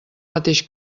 mateix